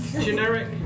generic